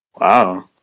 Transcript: Wow